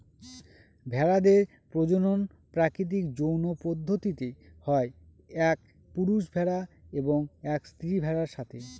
ভেড়াদের প্রজনন প্রাকৃতিক যৌন পদ্ধতিতে হয় এক পুরুষ ভেড়া এবং এক স্ত্রী ভেড়ার সাথে